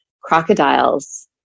crocodiles